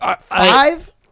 Five